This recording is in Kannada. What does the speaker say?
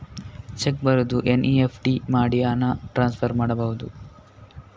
ಚೆಕ್ ಬರೆದು ಎನ್.ಇ.ಎಫ್.ಟಿ ಮಾಡಿ ಹಣ ಟ್ರಾನ್ಸ್ಫರ್ ಮಾಡಬಹುದು?